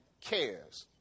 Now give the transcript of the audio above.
cares